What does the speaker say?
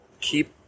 keep